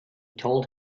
told